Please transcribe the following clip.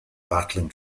battling